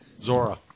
Zora